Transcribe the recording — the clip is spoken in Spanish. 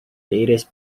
iris